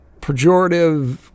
pejorative